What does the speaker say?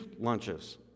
lunches